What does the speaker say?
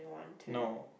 no